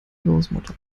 großmutter